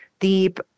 Deep